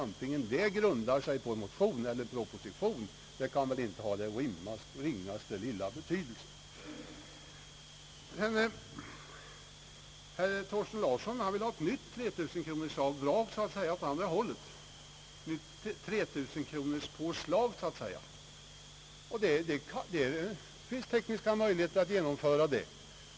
Om det grundar sig på en proposition eller en motion kan väl inte ha den ringaste betydelse. Herr Thorsten Larsson vill ha ett nytt 3 000-kronorsavdrag så att säga åt andra hållet, dvs. ett nytt 3 000-kronorspåslag. Det finns tekniska möjligheter att genomföra detta.